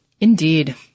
Indeed